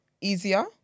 easier